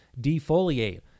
defoliate